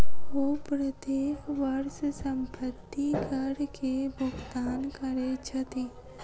ओ प्रत्येक वर्ष संपत्ति कर के भुगतान करै छथि